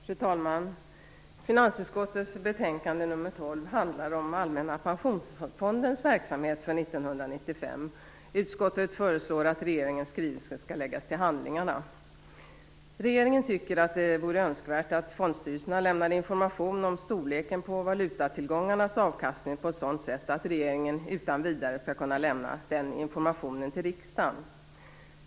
Fru talman! Finansutskottets betänkande nr 12 1995. Utskottet föreslår att regeringens skrivelse skall läggas till handlingarna. Regeringen tycker att det vore önskvärt att fondstyrelserna lämnade information om storleken på valutatillgångarnas avkastning på ett sådant sätt att regeringen utan vidare skall kunna lämna den informationen till riksdagen.